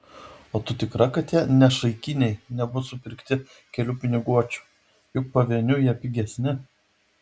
o tu tikra kad tie nešaikiniai nebus supirkti kelių piniguočių juk pavieniui jie pigesni